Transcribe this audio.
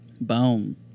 Boom